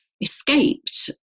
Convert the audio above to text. escaped